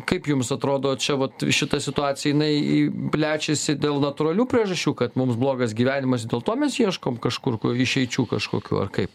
kaip jums atrodo čia vat šita situacija jinai plečiasi dėl natūralių priežasčių kad mums blogas gyvenimas ir dėl to mes ieškom kažkur išeičių kažkokių ar kaip